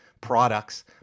Products